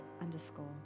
underscore